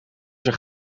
zijn